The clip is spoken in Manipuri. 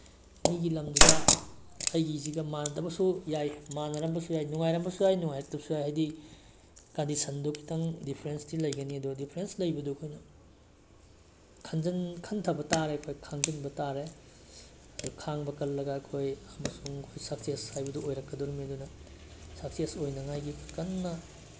ꯃꯤꯒꯤ ꯂꯝꯗꯨꯒ ꯑꯩꯒꯤꯁꯤꯒ ꯃꯥꯟꯅꯗꯕꯁꯨ ꯌꯥꯏ ꯃꯥꯟꯅꯔꯝꯕꯁꯨ ꯌꯥꯏ ꯅꯨꯡꯉꯥꯏꯔꯝꯕꯁꯨ ꯌꯥꯏ ꯅꯨꯡꯉꯥꯏꯔꯛꯇꯕꯁꯨ ꯌꯥꯏ ꯍꯥꯏꯗꯤ ꯀꯟꯗꯤꯁꯟꯗꯨ ꯈꯤꯇꯪ ꯗꯤꯐꯔꯦꯟꯁꯇꯤ ꯂꯩꯒꯅꯤ ꯑꯗꯨ ꯗꯤꯐꯔꯦꯁ ꯂꯩꯕꯗꯨ ꯑꯩꯈꯣꯏꯅ ꯈꯟꯊꯕ ꯇꯥꯔꯦ ꯑꯩꯈꯣꯏ ꯈꯥꯡꯖꯤꯟꯕ ꯇꯥꯔꯦ ꯑꯩꯈꯣꯏ ꯈꯥꯡꯕ ꯀꯜꯂꯒ ꯑꯩꯈꯣꯏ ꯑꯃꯁꯨꯡ ꯁꯛꯁꯦꯁ ꯍꯥꯏꯕꯗꯨ ꯑꯣꯏꯔꯛꯀꯗꯣꯔꯤꯕꯅꯤ ꯑꯗꯨꯅ ꯁꯛꯁꯦꯁ ꯑꯣꯏꯅꯉꯥꯏꯒꯤ ꯀꯟꯅ